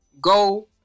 go